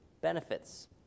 Benefits